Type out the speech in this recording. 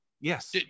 Yes